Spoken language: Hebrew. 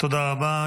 תודה רבה.